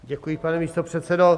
Děkuji, pane místopředsedo.